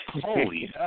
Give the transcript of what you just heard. Holy